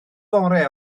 gorau